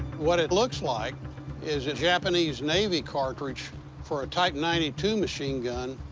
what it looks like is a japanese navy cartridge for a type ninety two machine gun.